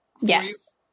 Yes